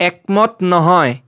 একমত নহয়